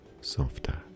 softer